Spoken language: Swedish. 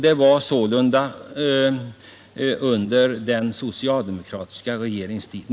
Det var sålunda under den socialdemokratiska regeringens tid.